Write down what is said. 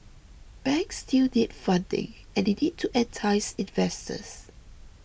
banks still need funding and they need to entice investors